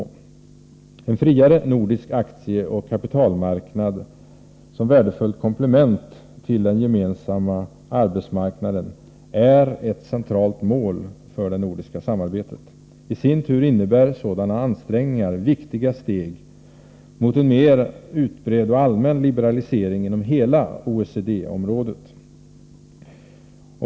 En friare nordisk aktieoch kapitalmarknad som värdefullt komplement till den gemensamma arbetsmarknaden är ett centralt mål för det nordiska samarbetet. Sådana ansträngningar innebär i sin tur viktiga steg mot en mer utbredd och allmän liberalisering inom hela OECD-området.